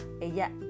ella